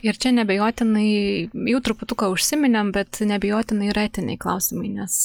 ir čia neabejotinai jau truputuką užsiminėm bet neabejotinai yra etiniai klausimai nes